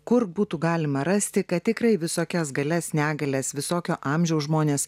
kur būtų galima rasti kad tikrai visokias galias negalias visokio amžiaus žmonės